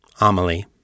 Amelie